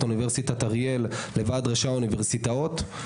אוניברסיטת אריאל לוועד ראשי האוניברסיטאות.